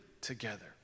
together